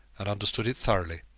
and understood it thoroughly.